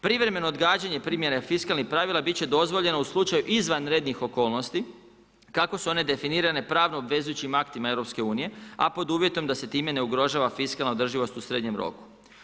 Privremeno odgađanje primjene fiskalnih pravila bit će dozvoljeno u slučaju izvanrednih okolnosti kako su one definirane pravno obvezujućim aktima EU-a a pod uvjetom da se time ne ugrožava fiskalna održivost u srednjem roku.